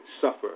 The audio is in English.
suffer